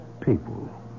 people